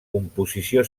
composició